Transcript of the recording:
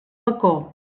bacó